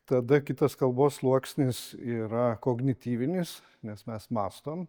tada kitas kalbos sluoksnis yra kognityvinis nes mes mąstom